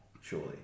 surely